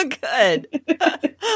Good